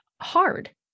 hard